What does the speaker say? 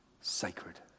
sacred